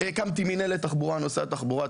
הקמתי מינהלת תחבורה במשרד התחבורה,